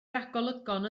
ragolygon